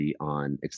on